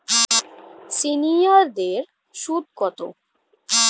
সিনিয়ারদের সুদ কত?